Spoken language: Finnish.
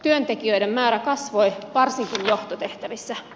työntekijöiden määrä kasvoi varsinkin johtotehtävissä